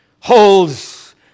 holds